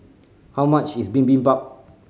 how much is Bibimbap